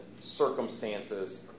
circumstances